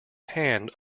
hand